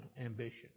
ambition